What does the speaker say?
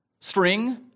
String